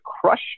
crush